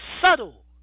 subtle